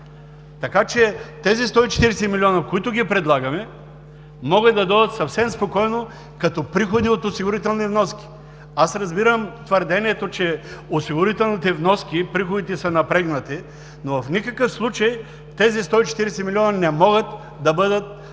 така че тези 140 млн. лв., които Ви предлагаме, могат да дойдат съвсем спокойно като приходи от осигурителни вноски. Аз разбирам твърдението, че от осигурителните вноски приходите са напрегнати, но в никакъв случай тези 140 млн. лв. не могат да бъдат в